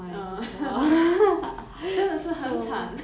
uh 真的是很惨